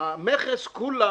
המכס כולה